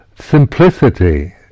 simplicity